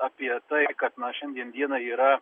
apie tai kad na šiandien dienai yra